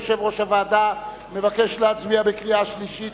יושב-ראש הוועדה, מבקש להצביע בקריאה שלישית.